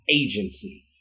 agency